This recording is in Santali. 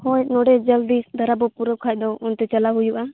ᱦᱳᱭ ᱱᱚᱸᱰᱮ ᱡᱚᱞᱫᱤ ᱫᱷᱟᱨᱟ ᱵᱚ ᱯᱩᱨᱟᱹᱣ ᱠᱷᱟᱱ ᱫᱚ ᱚᱱᱛᱮ ᱪᱟᱞᱟᱣ ᱦᱩᱭᱩᱜᱼᱟ